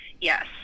Yes